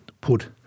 put